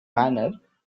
manner